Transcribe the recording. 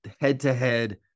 head-to-head